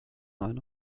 neuen